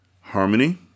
Harmony